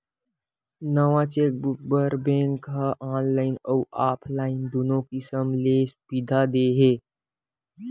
नवा चेकबूक बर बेंक ह ऑनलाईन अउ ऑफलाईन दुनो किसम ले सुबिधा दे हे